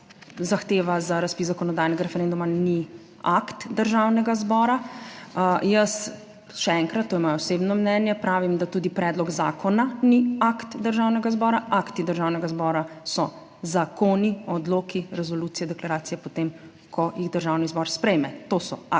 za razpis zakonodajnega referenduma ni akt Državnega zbora. Jaz še enkrat - to je moje osebno mnenje - pravim, da tudi predlog zakona ni akt Državnega zbora. Akti Državnega zbora so zakoni, odloki, resolucije, deklaracije, potem, ko jih Državni zbor sprejme. To so akti